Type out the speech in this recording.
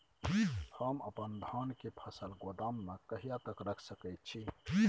हम अपन धान के फसल गोदाम में कहिया तक रख सकैय छी?